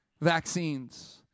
vaccines